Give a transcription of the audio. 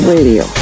Radio